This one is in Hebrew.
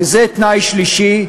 וזה תנאי שלישי,